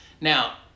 Now